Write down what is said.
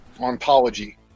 ontology